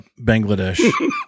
Bangladesh